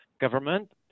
government